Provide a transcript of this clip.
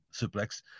suplex